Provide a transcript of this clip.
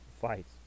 fights